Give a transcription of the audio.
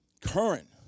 Current